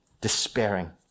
despairing